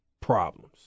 problems